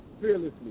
fearlessly